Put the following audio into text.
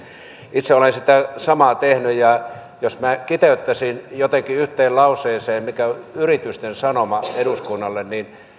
itse olen sitä samaa tehnyt ja jos minä nyt kiteyttäisin jotenkin yhteen lauseeseen mikä on yritysten sanoma eduskunnalle niin